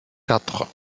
quatre